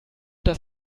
das